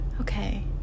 Okay